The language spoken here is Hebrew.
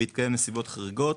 בהתקיים נסיבות חריגות,